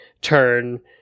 turn